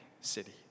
city